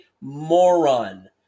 moron